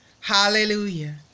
Hallelujah